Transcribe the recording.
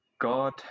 God